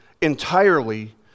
entirely